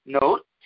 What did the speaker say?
Note